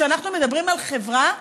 כשאנחנו מדברים על חברה,